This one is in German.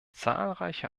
zahlreiche